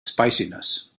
spiciness